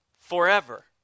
forever